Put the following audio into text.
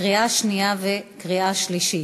קריאה שנייה וקריאה שלישית.